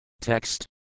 Text